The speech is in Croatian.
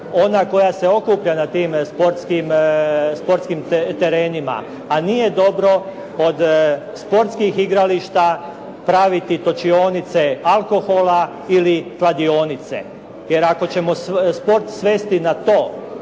ona koja se okuplja na tim sportskim terenima. A nije dobro od sportskih igrališta praviti točionice alkohola ili kladionice. Jer ako ćemo sport svesti na to,